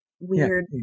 weird